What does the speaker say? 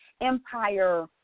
Empire